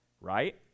Right